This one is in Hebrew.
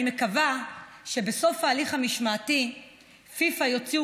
אני מקווה שבסוף ההליך המשמעתי פיפ"א יוציאו